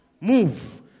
move